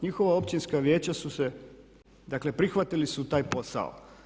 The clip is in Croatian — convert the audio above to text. Njihova općinska vijeća su se, dakle prihvatili su taj posao.